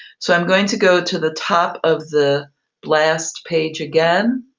so i'm going to go to the top of the blast page again.